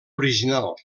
original